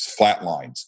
flatlines